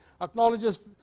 acknowledges